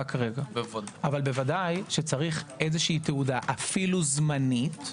אבל ודאי צריך איזושהי תעודה אפילו זמנית,